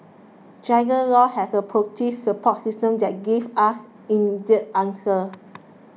Dragon Law has a proactive support system that gives us immediate answers